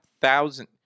thousand